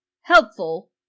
helpful